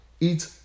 Eat